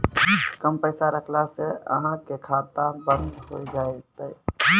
कम पैसा रखला से अहाँ के खाता बंद हो जैतै?